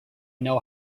know